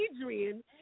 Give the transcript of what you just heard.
Adrian